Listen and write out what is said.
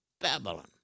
Babylon